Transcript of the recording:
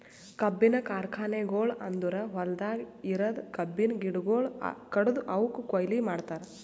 ಕಬ್ಬಿನ ಕಾರ್ಖಾನೆಗೊಳ್ ಅಂದುರ್ ಹೊಲ್ದಾಗ್ ಇರದ್ ಕಬ್ಬಿನ ಗಿಡಗೊಳ್ ಕಡ್ದು ಅವುಕ್ ಕೊಯ್ಲಿ ಮಾಡ್ತಾರ್